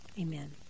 Amen